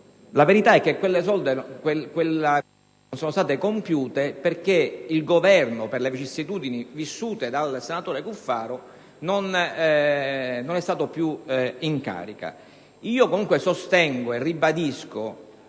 La verità è che quelle opere non sono state compiute perché il Governo siciliano, per le vicissitudini vissute dal senatore Cuffaro, non è rimasto in carica.